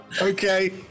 okay